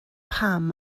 pam